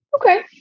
Okay